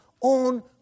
on